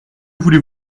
voulez